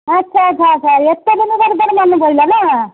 ହଁ କହ କହ କହ ଏତେ ଦିନି ପରେ ତୋର ମନେ ପଡ଼ିଲା ନା